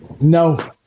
No